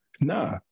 Nah